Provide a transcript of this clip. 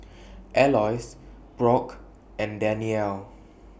Aloys Brock and Dannielle